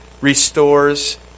restores